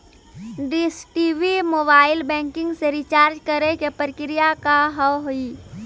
Dish TV mobile banking से recharge करे के प्रक्रिया का हाव हई?